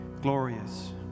glorious